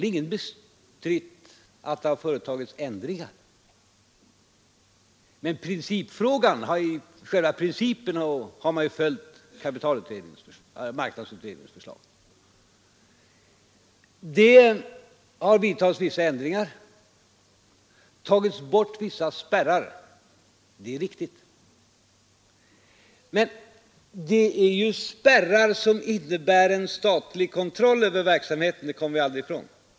Nej, ingen har väl bestritt att det har företagits ändringar, men i själva principen har man ju följt kapitalmarknadsutredningens förslag. Det är riktigt att det har vidtagits vissa ändringar. Vissa spärrar har tagits bort. Men det är ju spärrar som innebär en statlig kontroll över verksamheten, det kommer vi aldrig ifrån.